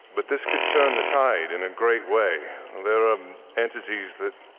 but this could turn the tide in a great way. there are entities that